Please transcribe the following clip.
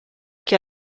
che